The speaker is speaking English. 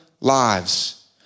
lives